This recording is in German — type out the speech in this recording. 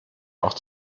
auch